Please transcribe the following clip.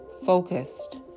focused